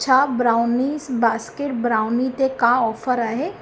छा brownies basket brownie ते का ऑफर आहे